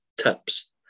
tips